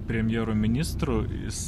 premjeru ministru jis